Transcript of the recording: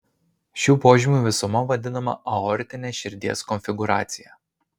šių požymių visuma vadinama aortine širdies konfigūracija